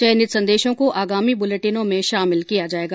चयनित संदेशों को आगामी बुलेटिनों में शामिल किया जाएगा